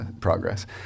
progress